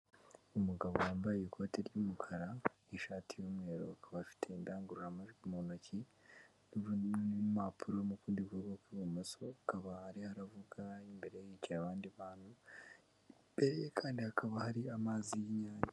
Umugabo wambaye ikoti ry'umukara, ishati y'umweru, akaba afite indangururamajwi mu ntoki n'impapuro mu kundi buryo kw'ibumoso akaba ari aravuga, imbere ye hivaye anadi bantu, imbere ye kandi hakaba hari amazi y'Inyange.